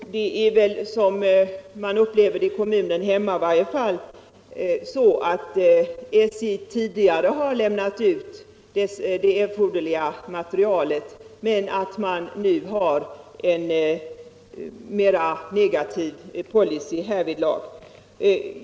I kommunen hemma är det så att SJ tidigare har lämnat ut det erforderliga materialet men nu har en mera negativ policy härvidlag.